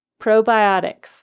probiotics